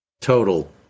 total